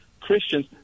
Christians